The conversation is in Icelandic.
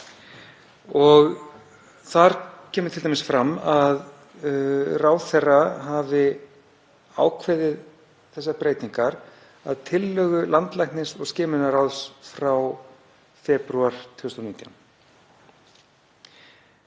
Þar kemur t.d. fram að ráðherra hafi ákveðið þessar breytingar að tillögu landlæknis og skimunarráðs frá febrúar 2019.